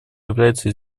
является